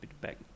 back